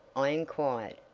i inquired.